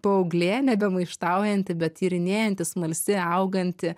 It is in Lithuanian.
paauglė nebe maištaujanti bet tyrinėjanti smalsi auganti